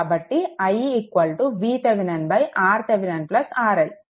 కాబట్టి i VThevenin RThevenin RL